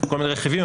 כל מיני רכיבים,